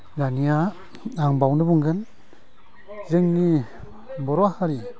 दानिया आं बेयावनो बुंगोन जोंनि बर' हारि